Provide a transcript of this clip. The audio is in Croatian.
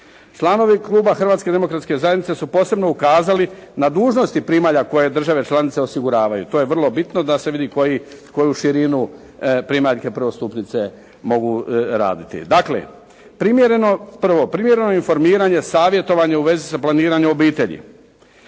Članovi kluba Hrvatske demokratske zajednice su posebno ukazali na dužnosti primalja koje države članice osiguravaju. To je vrlo bitno da se vidi koju širinu primaljke prvostupnice mogu raditi. Dakle, primjereno, prvo primjereno informiranje savjetovanja u vezi sa planiranjem obitelji.